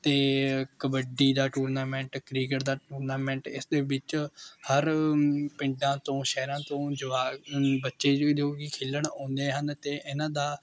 ਅਤੇ ਕਬੱਡੀ ਦਾ tournament cricket ਦਾ ਟੂਰਨਾਮੈਂਟ ਇਸਦੇ ਵਿੱਚ ਹਰ ਪਿੰਡਾਂ ਤੋਂ ਸ਼ਹਿਰਾਂ ਤੋਂ ਜਵਾਕ ਬੱਚੇ ਨੇ ਜੋ ਕਿ ਖੇਲਣ ਆਉਂਦੇ ਹਨ ਅਤੇ ਇਨ੍ਹਾਂ ਦਾ